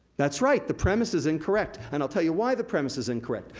that's right, the premise is incorrect. and i'll tell you why the premise is incorrect.